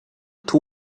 two